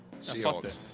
Seahawks